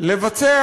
לבצע